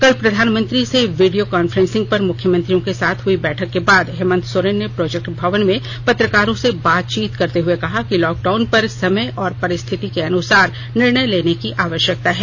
कल प्रधानमंत्री से वीडियो कांफ्रेंसिंग पर मुख्यमंत्रियों के साथ हुई बैठक के बाद हेमंत सोरेन ने प्रोजेक्ट भवन में पत्रकारों से बातचीत करते हुए कहा कि लॉकडाउन पर समय और परिस्थिति के अनुसार निर्णय लेने की आवष्यकता है